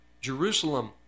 Jerusalem